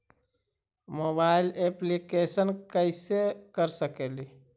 Mobile application कैसे कर सकेली?